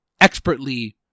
expertly